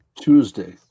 tuesday